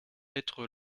être